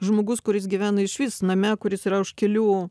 žmogus kuris gyvena išvis name kuris yra už kelių